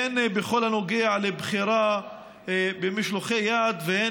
הן בכל הנוגע לבחירה במשלחי יד והן